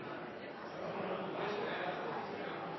statsråd